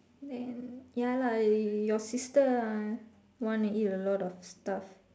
then ya lah your sister ah want to eat a lot of stuff